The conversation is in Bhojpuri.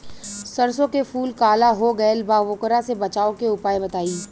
सरसों के फूल काला हो गएल बा वोकरा से बचाव के उपाय बताई?